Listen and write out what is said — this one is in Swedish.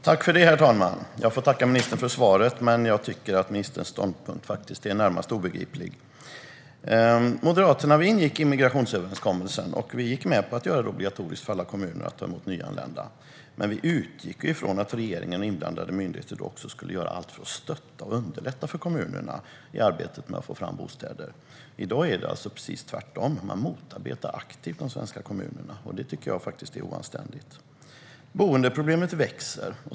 Herr talman! Jag får tacka ministern för svaret. Men jag tycker att ministerns ståndpunkt är närmast obegriplig. Moderaterna ingick i migrationsöverenskommelsen, och vi gick med på att göra det obligatoriskt för alla kommuner att ta emot nyanlända. Men vi utgick från att regeringen och inblandade myndigheter då också skulle göra allt för att stötta och underlätta för kommunerna i arbetet med att få fram bostäder. I dag är det precis tvärtom. Man motarbetar aktivt de svenska kommunerna, och det tycker jag faktiskt är oanständigt. Boendeproblemet växer.